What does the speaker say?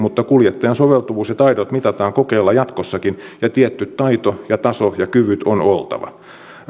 mutta kuljettajan soveltuvuus ja taidot mitataan kokeella jatkossakin ja tietty taito ja taso ja kyvyt on oltava